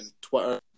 Twitter